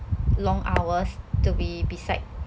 long hours to be beside